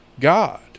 God